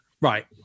right